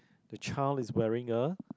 the child is wearing a